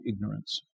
ignorance